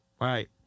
right